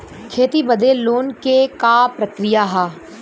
खेती बदे लोन के का प्रक्रिया ह?